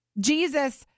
Jesus